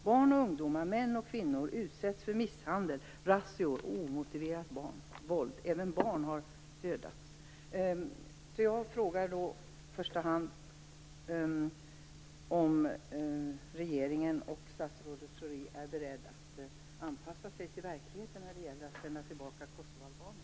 Barn och ungdomar, män och kvinnor, utsätts för misshandel, razzior och omotiverat våld. Även barn har dödats. Jag frågar i första hand om regeringen och statsrådet Schori är beredda att anpassa sig till verkligheten när det gäller att sända tillbaka kosovoalbaner.